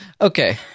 Okay